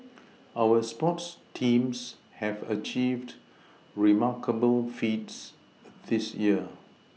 our sports teams have achieved remarkable feats this year